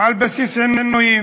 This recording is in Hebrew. על בסיס עינויים.